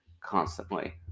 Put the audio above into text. constantly